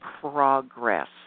progress